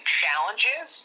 challenges